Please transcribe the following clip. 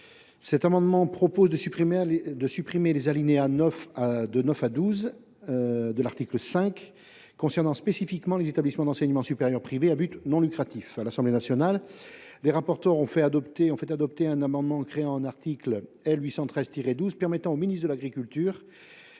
Cet amendement vise à supprimer les alinéas 9 à 11 de l’article 5, concernant spécifiquement les établissements d’enseignement supérieur privés à but non lucratif. À l’Assemblée nationale, les rapporteurs ont fait adopter un amendement créant un article L. 813 12 au sein du code rural et de